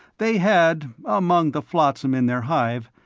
they had, among the flotsam in their hive,